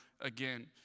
again